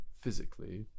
physically